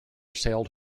sailed